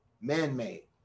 Man-made